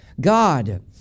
god